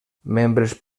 membres